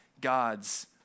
God's